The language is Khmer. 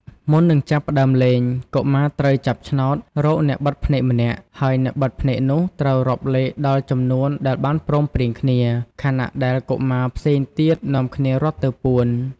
មុននឹងចាប់ផ្ដើមលេង កុមារត្រូវចាប់ឆ្នោតរកអ្នកបិទភ្នែកម្នាក់ ហើយអ្នកបិទភ្នែកនោះត្រូវរាប់លេខដល់ចំនួនដែលបានព្រមព្រៀងគ្នា ខណៈដែលកុមារផ្សេងទៀតនាំគ្នារត់ទៅពួន។